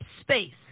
space